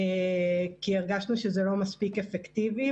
כי הרגשנו שזה לא מספיק אפקטיבי.